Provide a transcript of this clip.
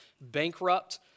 bankrupt